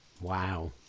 Wow